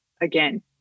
again